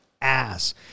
ass